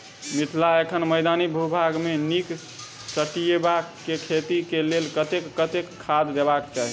मिथिला एखन मैदानी भूभाग मे नीक स्टीबिया केँ खेती केँ लेल कतेक कतेक खाद देबाक चाहि?